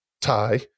tie